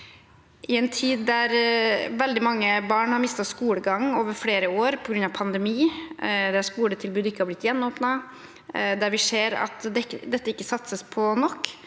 I en tid der veldig mange barn har mistet skolegang over flere år på grunn av pandemi, der skoletilbud ikke er blitt gjenåpnet, og der vi ser at dette ikke satses nok